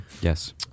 Yes